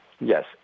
Yes